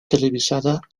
televisada